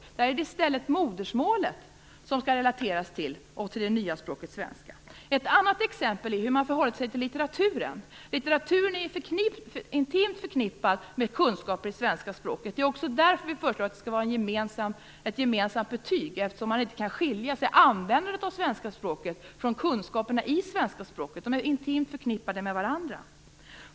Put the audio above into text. För dem är det i stället modersmålet som skall relateras till det nya språket svenska. Ett annat exempel är hur man förhåller sig till litteraturen. Litteraturen är intimt förknippad med kunskaper i svenska språket. Det är därför regeringen föreslår ett gemensamt betyg. Man kan inte skilja användandet av svenska språket från kunskaperna i svenska språket - de är intimt förknippade med varandra.